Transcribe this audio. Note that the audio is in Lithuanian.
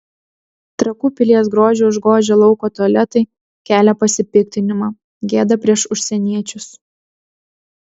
trakų pilies grožį užgožę lauko tualetai kelia pasipiktinimą gėda prieš užsieniečius